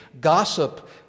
Gossip